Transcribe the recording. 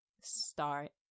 start